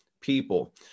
people